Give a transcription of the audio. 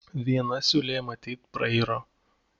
viena siūlė matyt prairo